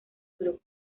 club